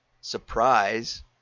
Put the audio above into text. surprise